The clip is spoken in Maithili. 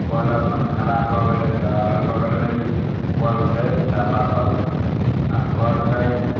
कऽल अपन खराब भऽ गेलै तऽ अगल बगलमे भी कऽल छै चापाकल आ कऽल नहि